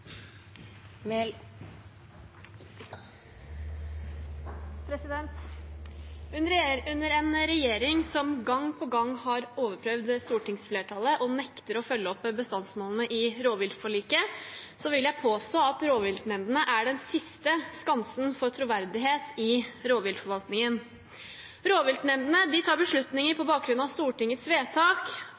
Under en regjering som gang på gang har overprøvd stortingsflertallet og nekter å følge opp bestandsmålene i rovviltforliket, vil jeg påstå at rovviltnemndene er den siste skansen for troverdighet i rovviltforvaltningen. Rovviltnemndene tar beslutninger på bakgrunn av Stortingets vedtak,